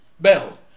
Bell